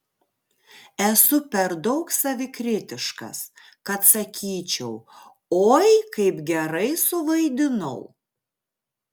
esu per daug savikritiškas kad sakyčiau oi kaip gerai suvaidinau